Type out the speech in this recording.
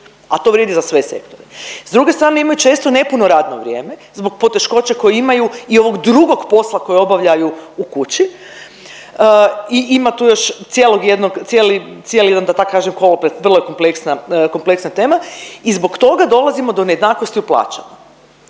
a to vrijedi za sve sektore. S druge strane imaju često nepuno radno vrijeme zbog poteškoće koju imaju i ovog drugog posla koji obavljaju u kući i ima tu još cijelog jednog, cijeli cijeli jedan da tako kažem koloplet, vrlo je kompleksna tema i zbog toga dolazimo do nejednakosti u plaćama.